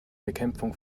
bekämpfung